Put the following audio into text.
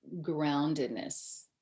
groundedness